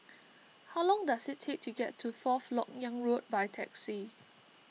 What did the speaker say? how long does it take to get to Fourth Lok Yang Road by taxi